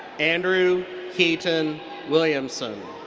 andrew heaton williamson.